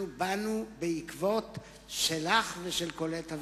באנו בעקבותייך ובעקבות חברת הכנסת אביטל.